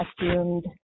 assumed